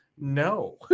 no